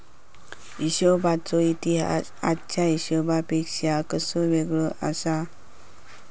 हिशोबाचो इतिहास आजच्या हिशेबापेक्षा कसो वेगळो आसा?